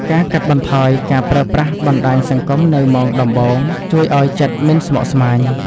ការកាត់បន្ថយការប្រើប្រាស់បណ្តាញសង្គមនៅម៉ោងដំបូង ជួយឱ្យចិត្តមិនស្មុគស្មាញ។